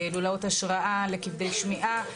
לולאות השראה לכבדי שמיעה,